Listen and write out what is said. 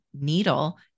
needle